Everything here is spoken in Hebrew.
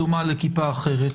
דומה לכיפה אחרת.